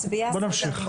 בואו נמשיך.